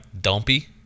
dumpy